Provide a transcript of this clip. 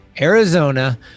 arizona